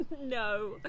no